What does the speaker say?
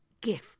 gift